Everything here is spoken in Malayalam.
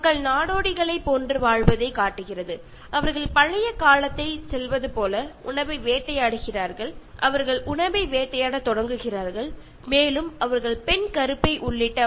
ഈ നോവലിൽ ആളുകൾ അലഞ്ഞു തിരിഞ്ഞു നടക്കുന്ന ഒരു ജീവിതരീതിയും ആഹാരത്തിനുവേണ്ടി ജീവികളെ വേട്ടയാടുകയും പണ്ട് കാലത്തെ ആളുകൾ ജീവിച്ചിരുന്ന പോലെ വേട്ടയാടുകയും മറ്റു വിഭവങ്ങൾ പങ്കുവയ്ക്കുകയും ചെയ്യുന്നു